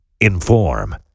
Inform